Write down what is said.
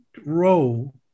role